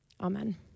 Amen